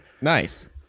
Nice